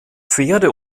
pferde